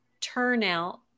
turnout